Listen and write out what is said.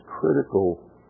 critical